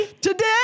today